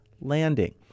landing